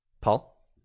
Paul